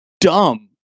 dumb